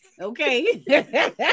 okay